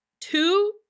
Two